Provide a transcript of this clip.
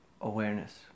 awareness